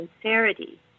sincerity